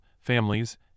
families